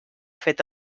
fet